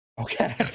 Okay